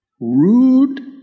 rude